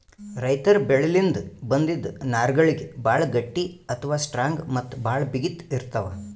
ರೈತರ್ ಬೆಳಿಲಿನ್ದ್ ಬಂದಿಂದ್ ನಾರ್ಗಳಿಗ್ ಭಾಳ್ ಗಟ್ಟಿ ಅಥವಾ ಸ್ಟ್ರಾಂಗ್ ಮತ್ತ್ ಭಾಳ್ ಬಿಗಿತ್ ಇರ್ತವ್